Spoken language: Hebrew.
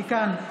היא כאן.